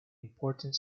important